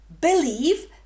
believe